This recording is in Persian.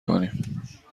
کنیم